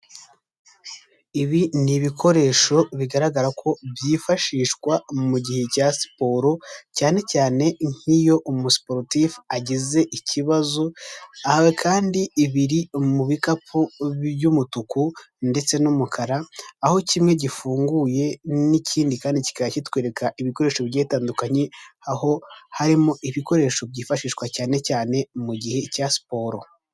Ibi ni ibikoresho bigaragara ko byifashishwa mu gihe cya siporo, cyane cyane nk'iyo umu sporutifu agize ikibazo, aha kandi ibiri mu bikapu by'umutuku ndetse n'umukara aho kimwe gifunguye n'ikindi kandi kikaba kitwereka ibikoresho bigiye bitandukanye aho harimo ibikoresho byifashishwa cyane cyane mu gihe cya siporo.